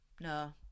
no